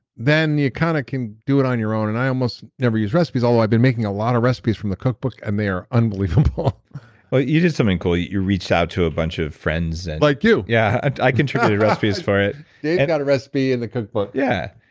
then you kind of can do it on your own. and i almost never use recipes, although i have been making a lot of recipes from the cookbook, and they are unbelievable ah ah you did something cool. you you reached out to a bunch of friends and like you yeah, and i contributed recipes for it dave got a recipe in the cookbook yeah,